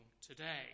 today